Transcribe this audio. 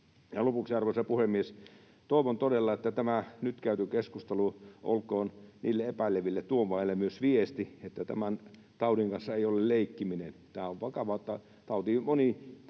lopuksi, arvoisa puhemies, toivon todella, että tämä nyt käyty keskustelu olkoon niille epäileville tuomaille myös viesti, että tämän taudin kanssa ei ole leikkiminen. Tämä on vakava tauti.